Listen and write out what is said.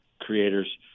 creators